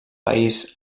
país